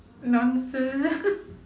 nonsense